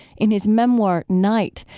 in his memoir, night,